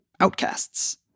outcasts